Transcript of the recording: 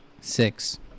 Six